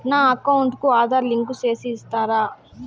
నా అకౌంట్ కు ఆధార్ లింకు సేసి ఇస్తారా?